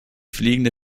fliegende